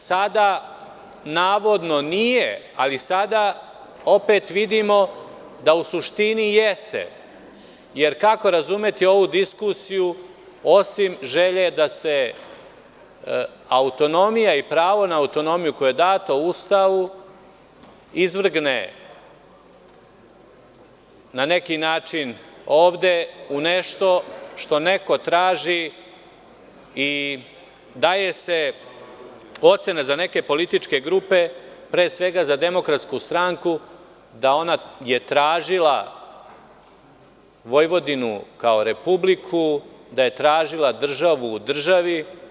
Sada navodno nije, ali opet vidimo da u suštini jeste, jer kako razumeti ovu diskusiju, osim želje da se autonomija i pravo na autonomiju koja je data u Ustavu izvrgne na neki način, u nešto što neko traži i daju se ocene za neke političke grupe, pre svega za DS da je ona tražila Vojvodinu kao republiku, da je tražila državu u državi.